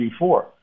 G4